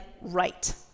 right